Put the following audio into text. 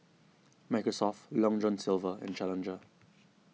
Microsoft Long John Silver and Challenger